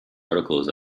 articles